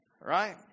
Right